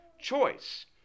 choice